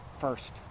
first